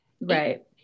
Right